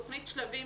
תכנית "שלבים",